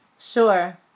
Sure